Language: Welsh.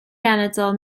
genedl